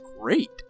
great